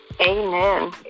Amen